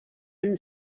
been